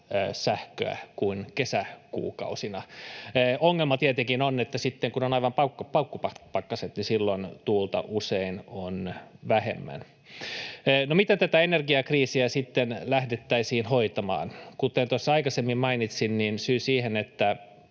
sähköä kuin kesäkuukausina. Ongelma tietenkin on, että silloin, kun on aivan paukkupakkaset, tuulta usein on vähemmän. Miten tätä energiakriisiä sitten lähdettäisiin hoitamaan? Kuten aikaisemmin mainitsin, niin syy siihen, että